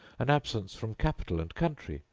and absence from capital and country,